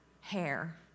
hair